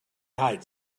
heights